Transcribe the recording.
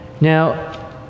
Now